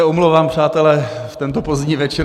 Omlouvám se, přátelé, v tento pozdní večer.